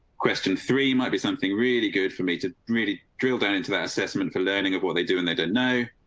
question three might be something really good for me to really drill down into that assessment for learning of what they do and they don't know.